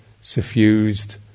suffused